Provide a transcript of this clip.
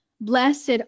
blessed